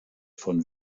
von